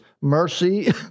mercy